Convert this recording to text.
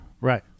Right